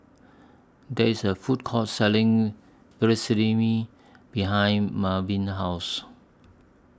There IS A Food Court Selling Vermicelli behind Marvin's House